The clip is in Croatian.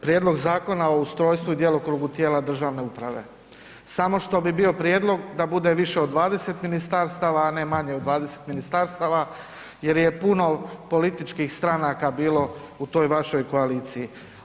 Prijedlog zakona o ustrojstvu i djelokrugu tijela državne uprave, samo što bi bio prijedlog da bude više od 20 ministarstava, a ne manje od 20 ministarstava jer je puno političkih stranaka bilo u toj vašoj koaliciji.